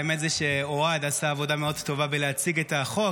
האמת היא שאוהד עשה עבודה טובה מאוד בהצגת החוק.